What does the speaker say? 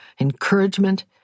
encouragement